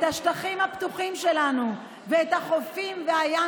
את השטחים הפתוחים שלנו ואת החופים והים